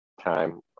time